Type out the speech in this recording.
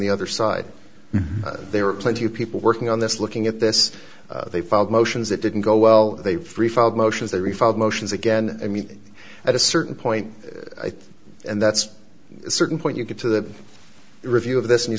the other side there are plenty of people working on this looking at this they filed motions that didn't go well they've filed motions they re filed motions again i mean at a certain point and that's a certain point you get to the review of this and you